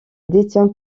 détient